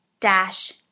dash